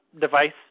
device